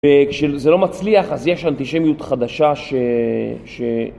וכשזה לא מצליח, אז יש אנטישמיות חדשה ש...